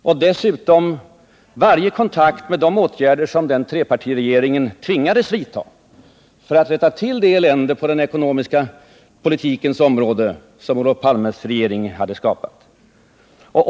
Och dessutom saknade det varje kontakt med verkligheten i fråga om de åtgärder som trepartiregeringen tvingades vidta för att rätta till det elände på den ekonomiska politikens område som Olof Palmes regering hade skapat.